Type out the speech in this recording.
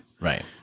Right